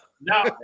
No